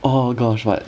oh gosh but